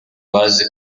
bazi